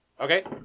Okay